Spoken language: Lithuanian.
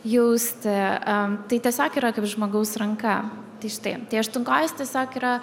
jausti a tai tiesiog yra kaip žmogaus ranka tai štai tai aštunkojis tiesiog yra